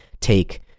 take